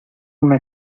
una